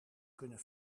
kunnen